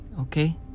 Okay